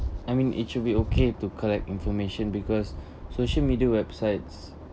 I mean it should be okay to collect information because social media websites